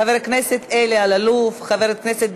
חבר הכנסת